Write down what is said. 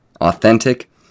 authentic